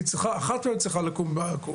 אחת מהן צריכה לקום בעכו.